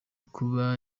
kuba